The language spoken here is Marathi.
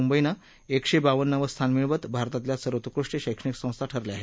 मुंबईनं क्रिशे बावन्नावं स्थान मिळवत भारतातल्या सर्वोकृष्ट शैक्षणिक संस्था ठरल्या आहे